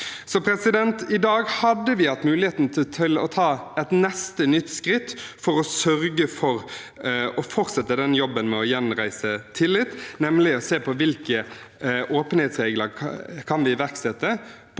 I dag hadde vi hatt muligheten til å ta et neste nytt skritt for å sørge for å fortsette jobben med å gjenreise tillit, nemlig å se på hvilke åpenhetsregler vi kan iverksette